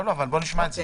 לא, אבל בוא נשמע את זה.